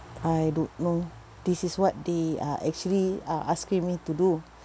I don't know this is what they uh actually are asking me to do